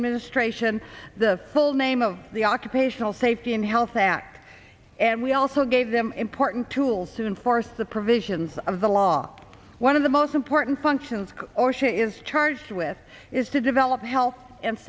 administration the full name of the occupational safety and health act and we also gave them important tools to enforce the provisions of the law one of the most important functions or she is charged with is to develop health and